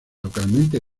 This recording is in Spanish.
localmente